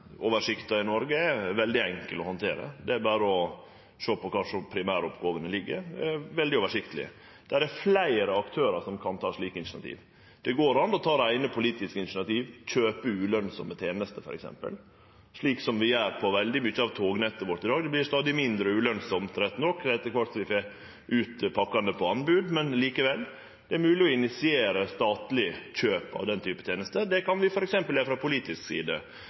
Jernbaneoversikta i Noreg er veldig enkel å handtere. Det er berre å sjå kvar primæroppgåvene ligg. Det er veldig oversiktleg. Det er fleire aktørar som kan ta slike initiativ. Det går an å ta reine politiske initiativ og kjøpe ulønsame tenester, f.eks., slik som vi gjer på veldig mykje av tognettet vårt i dag. Det vert stadig mindre ulønsamt, rett nok, etter kvart som vi får ut pakkane på anbod, men det er mogleg å initiere statleg kjøp av slike tenester. Det kan vi gjere f.eks. frå politisk side.